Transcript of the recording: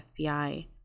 FBI